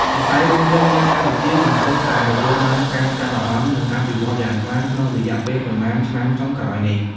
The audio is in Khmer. វិស័យរថភ្លើងនៅកម្ពុជាកំពុងតែទទួលបានការចាប់អារម្មណ៍និងអភិវឌ្ឍន៍យ៉ាងខ្លាំងក្នុងរយៈពេលប៉ុន្មានឆ្នាំចុងក្រោយនេះ។